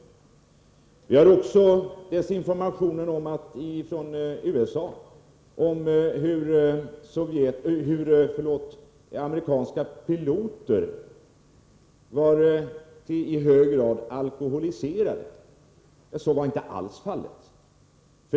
Ett annat exempel gäller desinformationen i USA om hur amerikanska piloter vid en flygbas var i hög grad alkoholiserade. Så var inte alls fallet.